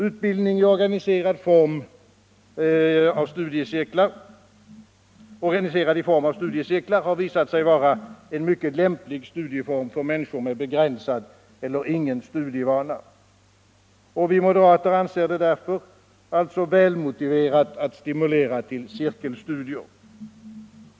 Utbildning organiserad i studiecirklar har visat sig vara en mycket lämplig studieform för människor med begränsad eller ingen studievana. Vi moderater anser det därför välmotiverat att stimulera till studiecirklar.